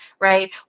right